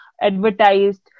advertised